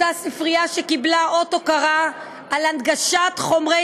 אותה ספרייה קיבלה אות הוקרה על הנגשה של חומרי